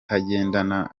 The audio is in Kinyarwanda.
kutagendana